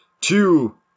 Two